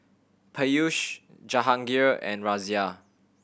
Peyush Jahangir and Razia